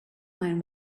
mind